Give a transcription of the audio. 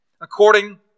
according